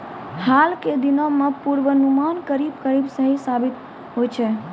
हाल के दिनों मॅ पुर्वानुमान करीब करीब सही साबित होय छै